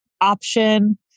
Option